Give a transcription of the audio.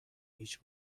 هیچ